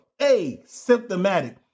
asymptomatic